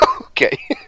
Okay